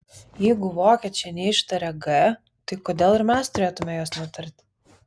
jeigu vokiečiai neištarė g tai kodėl ir mes turėtumėme jos netarti